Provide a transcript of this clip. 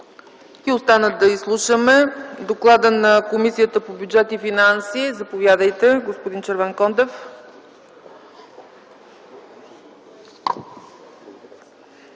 Остана да изслушаме доклада на Комисията по бюджет и финанси. Заповядайте, господин Червенкондев.